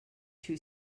too